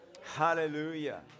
Hallelujah